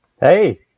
Hey